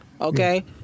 Okay